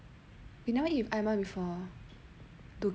we never eat with aiman before